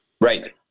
Right